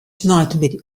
sneintemiddei